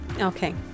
Okay